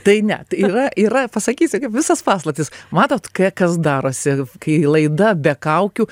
tai ne yra yra pasakysiu kaip visas paslaptis matot ką kas darosi kai laida be kaukių